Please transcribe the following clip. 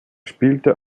spielte